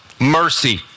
Mercy